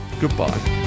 Goodbye